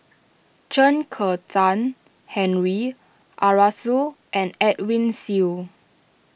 Chen Kezhan Henri Arasu and Edwin Siew